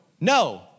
No